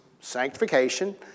sanctification